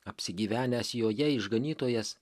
apsigyvenęs joje išganytojas